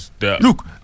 Look